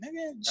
nigga